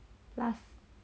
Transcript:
last